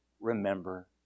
remember